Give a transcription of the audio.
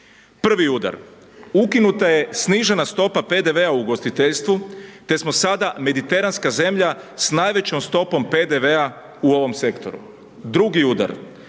Prvi udar, ukinuta je snižena stopa PDV-a u ugostiteljstvu te smo sada mediteranska zemlja sa najvećom stopom PDV-a u ovom sektoru. Drugi udar,